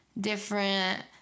different